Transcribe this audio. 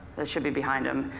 that should be behind him.